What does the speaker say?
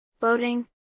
Boating